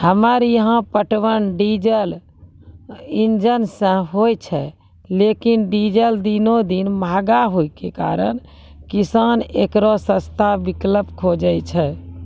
हमरा यहाँ पटवन डीजल इंजन से होय छैय लेकिन डीजल दिनों दिन महंगा होय के कारण किसान एकरो सस्ता विकल्प खोजे छैय?